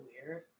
weird